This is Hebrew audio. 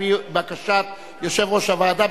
על-פי בקשת יושב-ראש הוועדה,